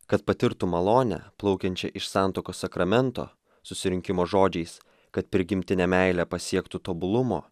kad patirtų malonę plaukiančią iš santuokos sakramento susirinkimo žodžiais kad prigimtinė meilė pasiektų tobulumo